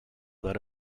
that